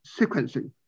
sequencing